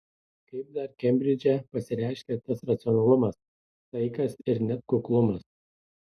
kaip dar kembridže pasireiškia tas racionalumas saikas ir net kuklumas